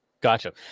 Gotcha